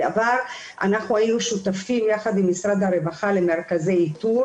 בעבר אנחנו היינו שותפים ביחד עם משרד הרווחה למרכזי איתור